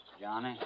Johnny